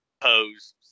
pose